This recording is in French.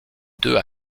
deux